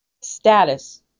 status